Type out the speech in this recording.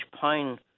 pine